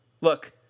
Look